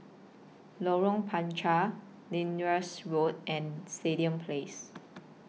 Lorong Panchar Road and Stadium Place